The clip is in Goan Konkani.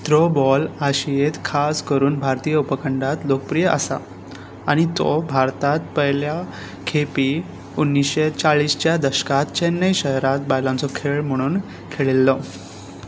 थ्रो बॉल आशियेत खास करून भारतीय उपखंडांत लोकप्रीय आसा आनी तो भारतात पयलेच खेपे उन्नीशे चाळीसच्या दसकांत चेन्नय शारांत बायलांचो खेळ म्हुणून खेळिल्लो